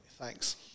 Thanks